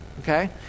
okay